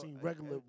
regular